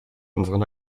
unseren